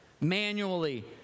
manually